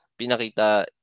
pinakita